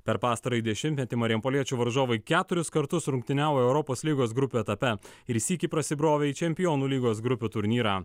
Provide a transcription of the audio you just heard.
per pastarąjį dešimtmetį marijampoliečių varžovai keturis kartus rungtyniavo europos lygos grupių etape ir sykį prasibrovė į čempionų lygos grupių turnyrą